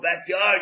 backyard